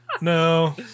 No